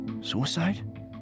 Suicide